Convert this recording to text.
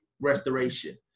restoration